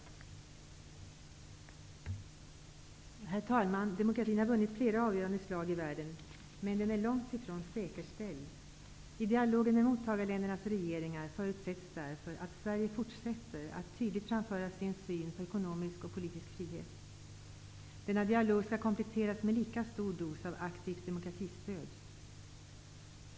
Herr talman! Demokratin har vunnit flera avgörande slag i världen, men den är långt ifrån säkerställd. I dialogen med mottagarländernas regeringar förutsätts därför att Sverige fortsätter att tydligt framföra sin syn på ekonomisk och politisk frihet. Denna dialog skall kompletteras med lika stor dos av aktivt demokratistöd.